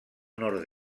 nord